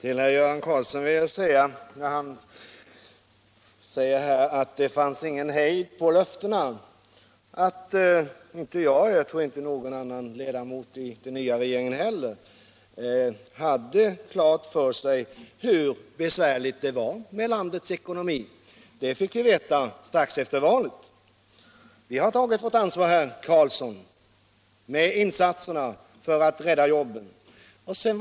Herr talman! När herr Göran Karlsson säger att det inte fanns någon hejd på löftena vill jag säga till honom att varken jag eller någon annan ledamot av den nya regeringen hade klart för oss hur besvärligt det var med landets ekonomi. Det fick vi veta strax efter valet. Vi har tagit vårt ansvar, herr Karlsson, med insatserna för att rädda jobb.